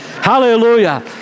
hallelujah